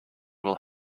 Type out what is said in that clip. will